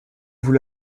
vous